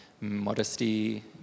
modesty